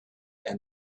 and